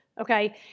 okay